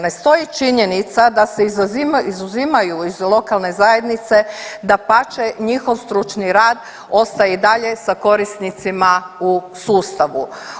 Ne stoji činjenica da se izuzimaju iz lokalne zajednice, dapače, njihov stručni rad ostaje i dalje sa korisnicima u sustavu.